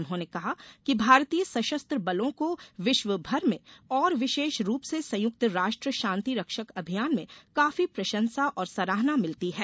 उन्होंने कहा कि भारतीय सशस्त्र बलों को विश्वभर में और विशेष रूप से संयुक्त राष्ट्र शांति रक्षक अभियान में काफी प्रशंसा और सराहना भिलती है